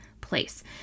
place